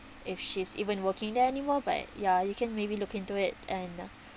if she's even working there anymore but ya you can maybe look into it and uh